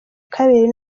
kabiri